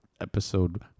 episode